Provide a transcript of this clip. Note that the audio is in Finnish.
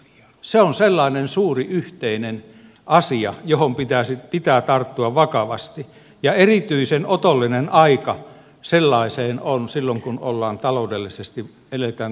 se on sellainen suuri yhteinen asia johon pitää tarttua vakavasti ja erityisen otollinen aika sellaiseen on silloin kun eletään taloudellisesti vaikeaa aikaa